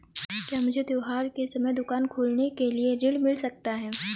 क्या मुझे त्योहार के समय दुकान खोलने के लिए ऋण मिल सकता है?